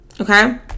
okay